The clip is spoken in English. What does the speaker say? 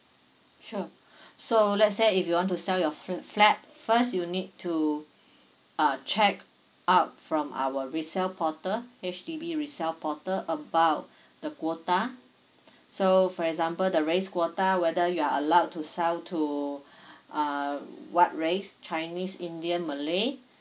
sure so let's say if you want to sell your fl~ flat first you need to uh check up from our resell portal H_D_B resell portal about the quota so for example the race quota whether you are allowed to sell to uh what race chinese indian malay